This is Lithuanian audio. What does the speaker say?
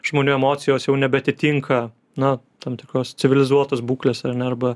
žmonių emocijos jau nebeatitinka na tam tikros civilizuotos būklės ar ne arba